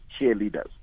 cheerleaders